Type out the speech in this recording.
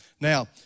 Now